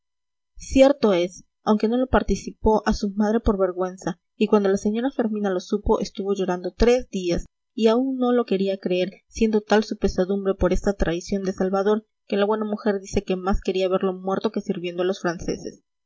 cierto es aunque no lo participó a su madre por vergüenza y cuando la señora fermina lo supo estuvo llorando tres días y aún no lo quería creer siendo tal su pesadumbre por esta traición de salvador que la buena mujer dice que más quería verlo muerto que sirviendo a los franceses